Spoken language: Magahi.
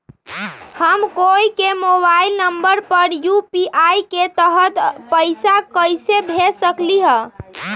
हम कोई के मोबाइल नंबर पर यू.पी.आई के तहत पईसा कईसे भेज सकली ह?